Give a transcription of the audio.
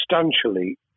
substantially